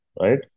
right